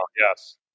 yes